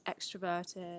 extroverted